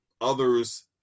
others